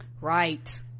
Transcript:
Right